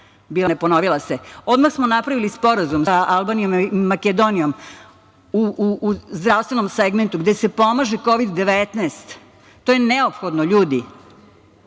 bila – ne ponovila se. Odmah smo napravili sporazum sa Albanijom i Makedonijom u zdravstvenom segmentu, gde se pomaže Kovid – 19. To je neophodno,